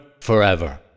forever